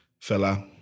Fella